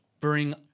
bring